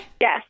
Yes